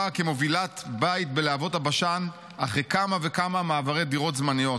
כמובילת בית בלהבות הבשן אחרי כמה וכמה מעברי דירות זמניות.